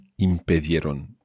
impedieron